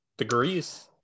degrees